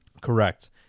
Correct